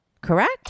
Correct